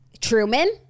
Truman